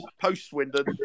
post-Swindon